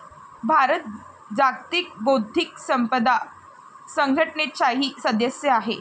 भारत जागतिक बौद्धिक संपदा संघटनेचाही सदस्य आहे